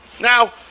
Now